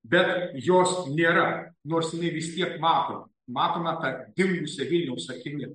be jos nėra nors jinai vis tiek matoma matoma ta dingusia vilniaus akimi